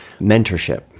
mentorship